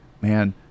man